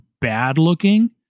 bad-looking